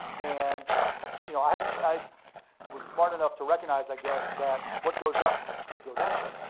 and you know i i was smart enough to recognize, i guess, that what goes up could go down.